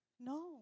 No